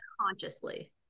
consciously